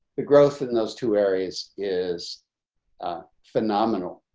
the growth in those two areas is phenomenal.